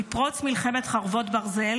מפרוץ מלחמת חרבות ברזל